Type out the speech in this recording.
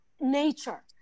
nature